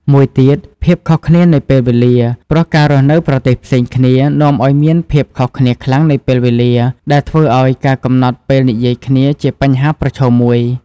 មួយទៀត ភាពខុសគ្នានៃពេលវេលា ព្រោះការរស់នៅប្រទេសផ្សេងគ្នា នាំឱ្យមានភាពខុសគ្នាខ្លាំងនៃពេលវេលា ដែលធ្វើឱ្យការកំណត់ពេលនិយាយគ្នាជាបញ្ហាប្រឈមមួយ។